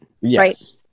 Yes